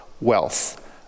wealth